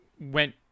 went